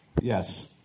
Yes